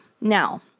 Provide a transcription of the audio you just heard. Now